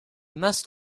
must